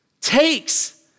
takes